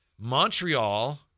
Montreal